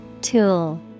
Tool